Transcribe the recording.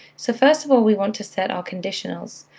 so first of all, we want to set our conditionals.